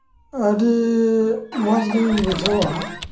ᱟᱹᱰᱤ ᱢᱚᱡᱽᱜᱤᱧ ᱵᱩᱡᱷᱟᱹᱣᱟ